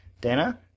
Dana